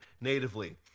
natively